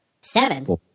Seven